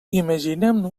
imaginem